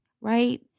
right